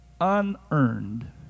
unearned